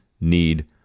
need